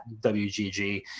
WGG